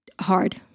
hard